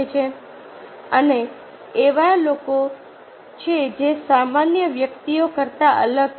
અને આ એવા લોકો છે જે સામાન્ય વ્યક્તિઓ કરતા અલગ છે